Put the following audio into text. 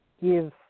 give